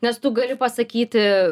nes tu gali pasakyti